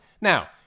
now